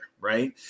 right